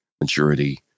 maturity